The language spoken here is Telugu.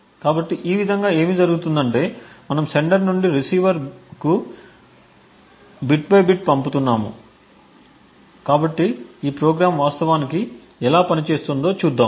కాబట్టి ఈ విధంగా ఏమి జరుగుతుందంటే మనము సెండర్ నుండి రిసీవర్కు బిట్ తర్వాత బిట్ పంపుతున్నాము కాబట్టి ఈ ప్రోగ్రామ్ వాస్తవానికి ఎలా పనిచేస్తుందో చూద్దాం